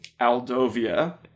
Aldovia